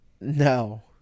no